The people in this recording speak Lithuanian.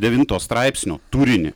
devinto straipsnio turinį